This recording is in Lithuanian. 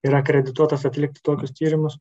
yra akredituotas atlikt tokius tyrimus